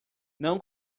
não